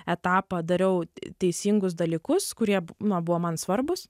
etapą dariau teisingus dalykus kurie na buvo man svarbūs